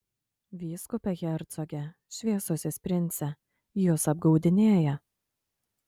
vyskupe hercoge šviesusis prince jus apgaudinėja